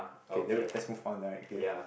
okay then we let's move on right okay